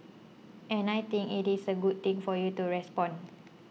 and I think it is a good thing for you to respond